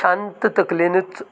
शांत तकलेनच